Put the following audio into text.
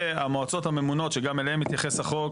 והמועצות הממונות שגם אליהן התייחס החוק,